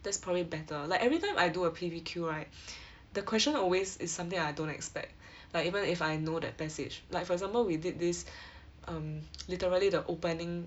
that's probably better like everytime I do a P_B_Q right the question always is something I don't expect like even if I know that passage like for example we did this um literally the opening